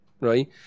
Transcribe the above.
right